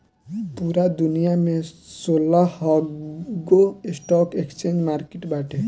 पूरा दुनिया में सोलहगो स्टॉक एक्सचेंज मार्किट बाटे